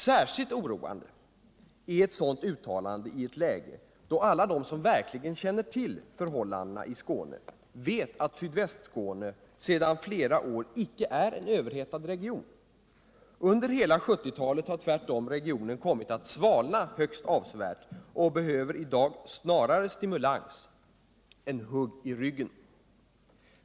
Särskilt oroande är ett sådant uttalande i ett läge, då alla de som verkligen känner till förhållandena i Skåne vet att Sydvästskåne sedan flera år icke är en överhettad region. Under hela 1970-talet har tvärtom regionen kommit att svalna högst avsevärt och behöver i dag snarare stimulans än hugg i ryggen.